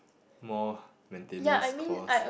more maintenance cost